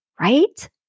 right